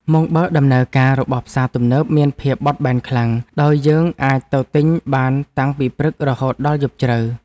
ម៉ោងបើកដំណើរការរបស់ផ្សារទំនើបមានភាពបត់បែនខ្លាំងដោយយើងអាចទៅទិញបានតាំងពីព្រឹករហូតដល់យប់ជ្រៅ។